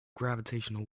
gravitational